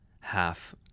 half